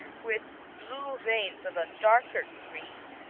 with blue veins of a darker green.